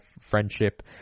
friendship